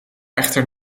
echter